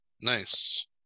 nice